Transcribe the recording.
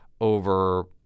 over